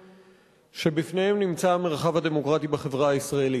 שבפניהם נמצא המרחב הדמוקרטי בחברה הישראלית.